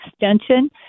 Extension